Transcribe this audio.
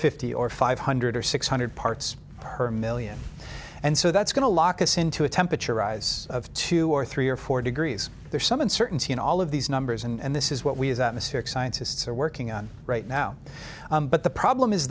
fifty or five hundred or six hundred parts per million and so that's going to lock us into a temperature rise of two or three or four degrees there's some uncertainty in all of these numbers and this is what we as atmospheric scientists are working on right now but the problem is